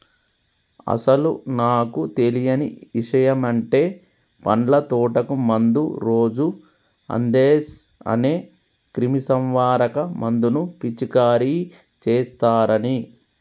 అసలు నాకు తెలియని ఇషయమంటే పండ్ల తోటకు మందు రోజు అందేస్ అనే క్రిమీసంహారక మందును పిచికారీ చేస్తారని